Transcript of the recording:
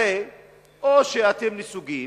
הרי או שאתם נסוגים